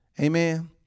Amen